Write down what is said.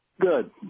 Good